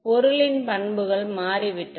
மாணவர் பொருளின் பண்புகள் மாறிவிட்டன